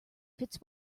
fits